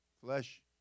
Flesh